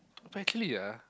if actually